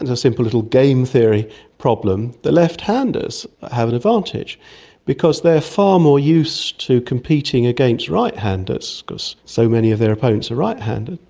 and simple little game theory problem. the left-handers have an advantage because they are far more used to competing against right-handers because so many of their opponents are right-handed,